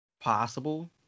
possible